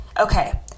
Okay